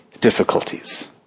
difficulties